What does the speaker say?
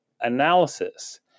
analysis